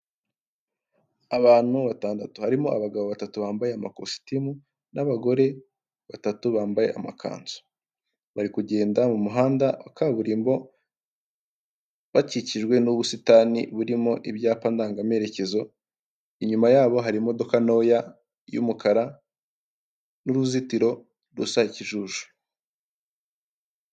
Abantu batandatu harimo abagabo batatu bambaye amakositimu n'abagore batatu bambaye amakanzu, bari kugenda mu muhanda wa kaburimbo bakikijwe n'ubusitani burimo ibyapa ndangamerekezo, inyuma yabo hari imodoka ntoya y'umukara n'uruzitiro rusa ikijuju.